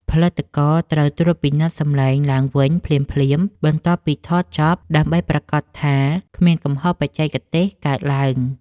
ផលិតករត្រូវត្រួតពិនិត្យសំឡេងឡើងវិញភ្លាមៗបន្ទាប់ពីថតចប់ដើម្បីប្រាកដថាគ្មានកំហុសបច្ចេកទេសកើតឡើង។